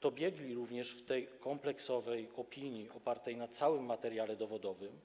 To biegli w kompleksowej opinii opartej na całym materiale dowodowym